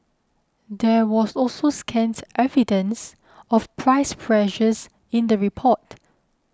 there was also scant evidence of price pressures in the report